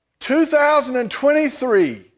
2023